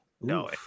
no